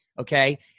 Okay